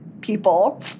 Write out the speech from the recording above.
people